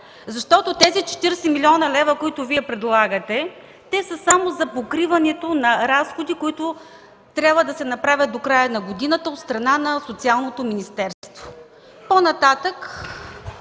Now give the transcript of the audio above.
Защото тези 40 млн. лв., които предлагате, са само за покриване на разходи, които трябва да се направят до края на годината от Социалното министерство.